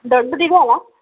ದೊಡ್ದು ಇದೆ ಅಲ್ವಾ